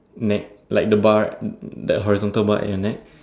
neck like the bar the horizontal bar at your neck